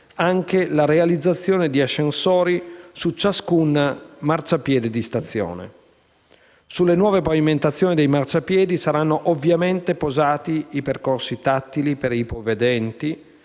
anche la realizzazione di ascensori su ciascun marciapiede di stazione. Sulle nuove pavimentazioni dei marciapiedi saranno ovviamente posati i percorsi tattili per ipovedenti,